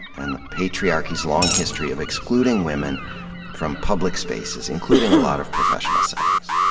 and the patriarchy's long history of excluding women from public spaces including a lot of professional settings.